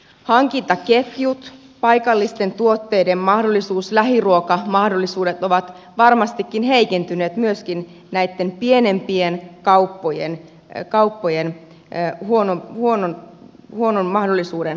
hankintaketjut paikallisten tuotteiden mahdollisuus lähiruokamahdollisuudet ovat varmastikin heikentyneet myöskin näitten pienempien kauppojen huonon mahdollisuuden vuoksi